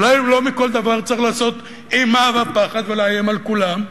אולי לא מכל דבר צריך לעשות אימה ופחד ולאיים על כולם.